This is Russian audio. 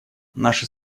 наше